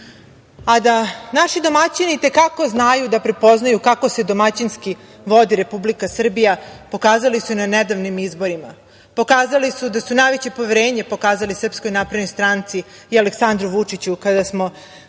naši domaćini i te kako znaju da prepoznaju kako se domaćinski vodi Republika Srbija pokazali su na nedavnim izborima. Pokazali su da su najveće poverenje pokazali SNS i Aleksandru Vučiću kada su